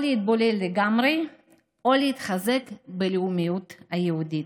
או להתבולל לגמרי או להתחזק בלאומיות היהודית.